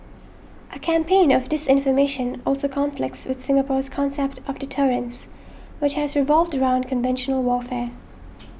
a campaign of disinformation also conflicts with Singapore's concept of deterrence which has revolved around conventional warfare